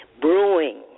brewing